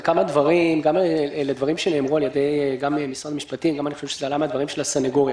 גם לדברים שנאמרו על-ידי משרד המשפטים וזה גם עלה בדברים של הסניגוריה.